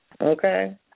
Okay